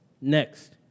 Next